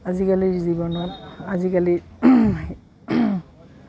আজিকালিৰ জীৱনত আজিকালি